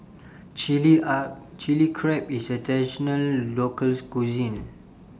Chili Are Chili Crab IS A Traditional Local Cuisine